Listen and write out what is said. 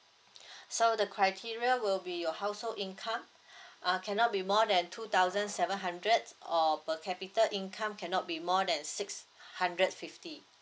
so the criteria will be your household income err cannot be more than two thousand seven hundred or per capita income cannot be more than six hundred fifty